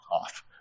off